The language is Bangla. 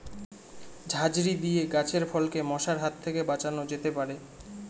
ঝাঁঝরি দিয়ে গাছের ফলকে মশার হাত থেকে বাঁচানো যেতে পারে?